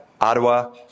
Ottawa